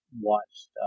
watched